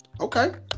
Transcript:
Okay